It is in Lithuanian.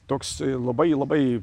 toks labai labai